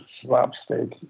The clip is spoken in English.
slapstick